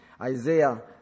Isaiah